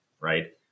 right